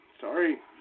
sorry